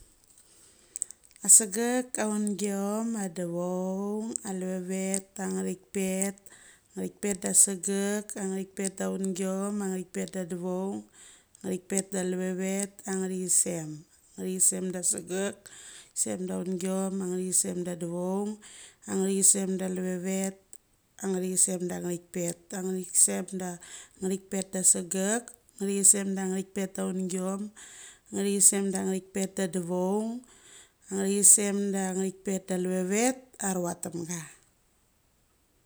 Asugek aungiom a aduvaung alvavavet angatik pet ngatik pet da segek angatik pet aundiom angatik pet da duyaung ngatik pet da luvavet angathi sem, ngathisemda segek sem daungiom angatik sem da duvaung angathisem da luvavet angathisem da ngatik pet anathisem da ngatik ret da segek ngathisem da ngatik ret aungiom. Ngathisem da angatik pet da duvaung, ngathisem da ngatik ret da luvavet, aruchtam ga.